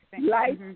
Life